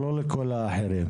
לפני שלושים ומשהו